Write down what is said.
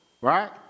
right